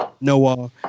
Noah